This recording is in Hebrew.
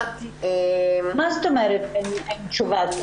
מה זאת אומרת אין תשובה?